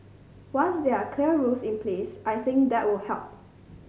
once there are clear rules in place I think that will help